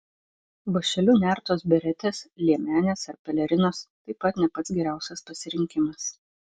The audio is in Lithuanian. vąšeliu nertos beretės liemenės ar pelerinos taip pat ne pats geriausias pasirinkimas